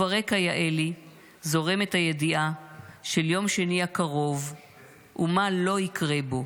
"וברקע יעלי זורמת הידיעה של יום שני הקרוב ומה לא יקרה בו.